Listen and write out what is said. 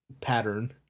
pattern